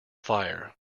fire